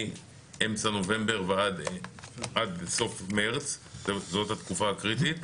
מאמצע נובמבר ועד סוף מרץ שזאת התקופה הקריטית,